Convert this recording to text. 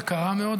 יקרה מאוד,